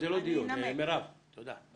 זה לא דיון, מירב, תודה.